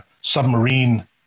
submarine